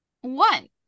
one